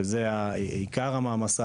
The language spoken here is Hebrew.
שהם עיקר המעמסה,